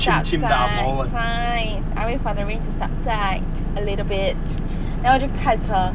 subside fine I wait for the rain to subside a little bit then 我就开车